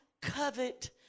covet